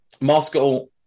Moscow